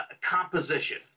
composition